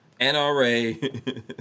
NRA –